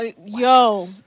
Yo